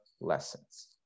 lessons